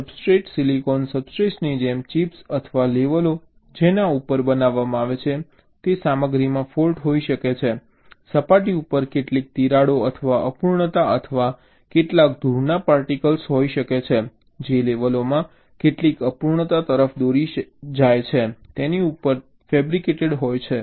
substrate silicon સબસ્ટ્રેટની જેમ chips અથવા લેવલો જેના ઉપર બનાવવામાં આવે છે તે સામગ્રીમાં ફૉલ્ટ હોઈ શકે છે સપાટી ઉપર કેટલીક તિરાડો અથવા અપૂર્ણતા અથવા કેટલાક ધૂળના પાર્ટિકલ્સ હોઈ શકે છે જે લેવલોમાં કેટલીક અપૂર્ણતા તરફ દોરી શકે છે જે તેની ઉપર ફેબ્રિકેટેડ છે